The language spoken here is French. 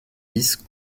dix